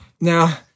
Now